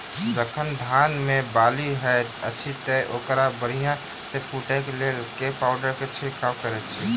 जखन धान मे बाली हएत अछि तऽ ओकरा बढ़िया सँ फूटै केँ लेल केँ पावडर केँ छिरकाव करऽ छी?